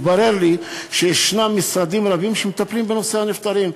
מתברר לי שמשרדים רבים מטפלים בנושא הנפטרים,